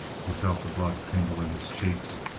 he felt the blood tingle in his cheeks,